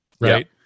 Right